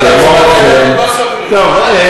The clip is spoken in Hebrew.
טוב,